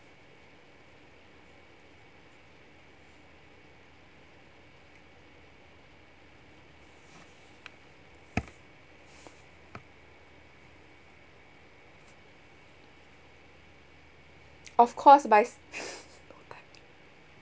of course wise